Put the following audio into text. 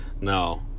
No